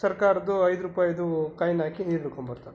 ಸರ್ಕಾರದ್ದು ಐದು ರೂಪಾಯಿಯದು ಕಾಯ್ನ್ ಹಾಕಿ ನೀರು ಹಿಡ್ಕೊಂಬರ್ತಾರೆ